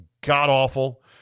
god-awful